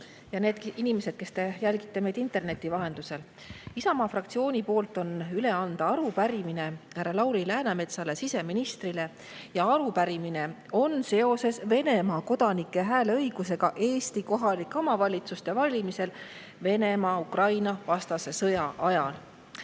ja need inimesed, kes te jälgite meid interneti vahendusel! Isamaa fraktsiooni poolt on üle anda arupärimine härra Lauri Läänemetsale, siseministrile. Arupärimine on Venemaa kodanike hääleõiguse kohta Eesti kohalike omavalitsuste [volikogude] valimisel Venemaa Ukraina-vastase sõja ajal. Sisu